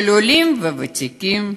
של עולים וותיקים,